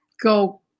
go